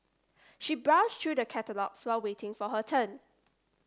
she browse through the catalogues while waiting for her turn